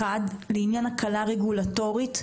לעניין ההקלה הרגולטורית,